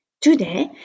Today